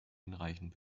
hinreichend